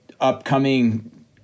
upcoming